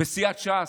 בסיעת ש"ס,